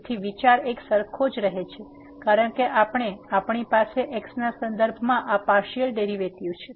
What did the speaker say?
તેથી વિચાર એક સરખો જ રહે છે કારણ કે આપણી પાસે x ના સંદર્ભમાં આ પાર્સીઅલ ડેરીવેટીવ છે